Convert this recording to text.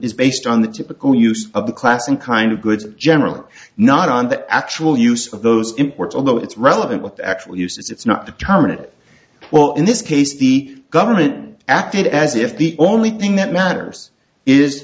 is based on the typical use of the class in kind of goods generally not on the actual use of those imports although it's relevant with actual uses it's not determine it well in this case the government acted as if the only thing that matters is